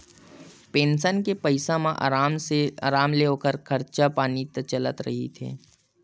pension के पइसा म अराम ले ओखर खरचा पानी ह चलत रहिथे